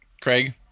Craig